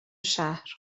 شهر